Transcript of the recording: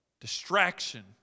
Distraction